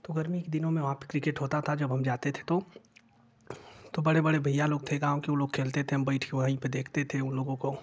तो गर्मी के दिनो में वहाँ पर क्रिकेट होता था जब हम जाते थे तो तो बड़े बड़े भैया लोग थे गाँव के वो लोग खेलते थे हम बैठ कर वहीं पर देखते थे उन लोग को